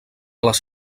les